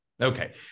okay